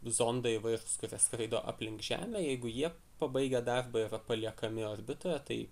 zondai įvairūs kurie skraido aplink žemę jeigu jie pabaigę darbą yra paliekami orbitoje tai